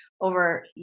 over